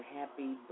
happy